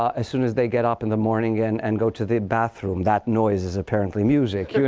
um as soon as they get up in the morning and and go to the bathroom, that noise is apparently music.